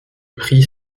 prix